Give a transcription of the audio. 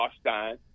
Stein